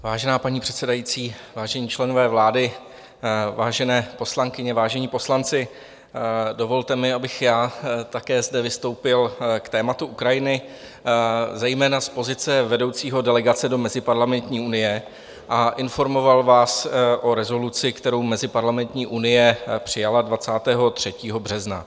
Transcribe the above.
Vážená paní předsedající, vážení členové vlády, vážené poslankyně, vážení poslanci, dovolte mi, abych také zde vystoupil k tématu Ukrajiny, zejména z pozice vedoucího delegace do Meziparlamentní unie, a informoval vás o rezoluci, kterou Meziparlamentní unie přijala 23. března.